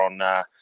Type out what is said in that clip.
on